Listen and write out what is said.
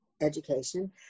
education